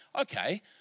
okay